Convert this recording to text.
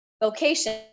Vocation